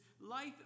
life